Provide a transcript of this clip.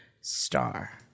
star